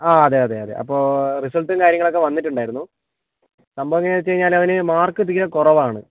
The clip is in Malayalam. ആ അതെ അതെ അതെ അപ്പോൾ റിസൾട്ടും കാര്യങ്ങളൊക്കെ വന്നിട്ടുണ്ടായിരുന്നു സംഭവം എന്താന്ന് വെച്ച് കഴിഞ്ഞാൽ അവന് മാർക്ക് തീരെ കുറവാണ്